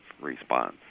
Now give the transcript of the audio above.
response